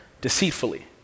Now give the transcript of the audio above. deceitfully